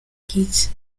kids